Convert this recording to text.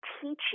teaching